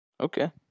Okay